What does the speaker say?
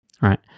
right